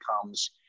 comes